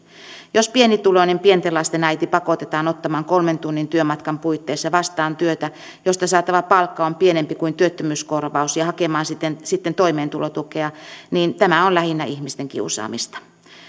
jos pienituloinen pienten lasten äiti pakotetaan ottamaan kolmen tunnin työmatkan puitteissa vastaan työtä josta saatava palkka on pienempi kuin työttömyyskorvaus ja hakemaan sitten toimeentulotukea niin tämä on lähinnä ihmisten kiusaamista